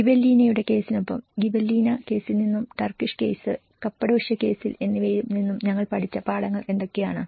ഗിബെല്ലീനയുടെ കേസിനൊപ്പം ഗിബെല്ലീന കേസിൽ നിന്നും ടർക്കിഷ് കേസ് കപ്പഡോഷ്യ കേസിൽ എന്നിവയിൽ നിന്നും നമ്മൾ പഠിച്ച പാഠങ്ങൾ എന്തൊക്കെയാണ്